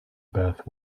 bath